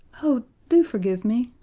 oh, do forgive me!